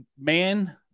man